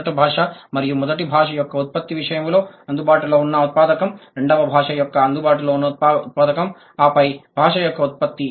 మొదటి భాష మరియు మొదటి భాష యొక్క ఉత్పత్తి విషయంలో అందుబాటులో ఉన్న ఉత్పాదకం రెండవ భాష యొక్క అందుబాటులో ఉన్న ఉత్పాదకం ఆపై భాష యొక్క ఉత్పత్తి